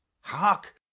hark